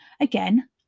again